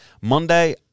Monday